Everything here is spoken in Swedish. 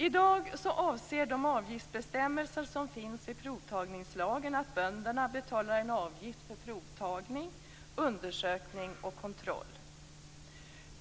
I dag avser de avgiftsbestämmelser som finns i provtagningslagen att bönderna betalar en avgift för provtagning, undersökning och kontroll.